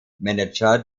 manager